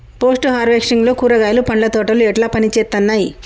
Post harvesting లో కూరగాయలు పండ్ల తోటలు ఎట్లా పనిచేత్తనయ్?